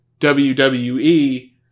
WWE